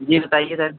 जी बताइए सर